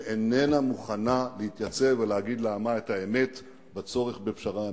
שאיננה מוכנה להתייצב ולהגיד לעמה את האמת בצורך בפשרה אמיתית.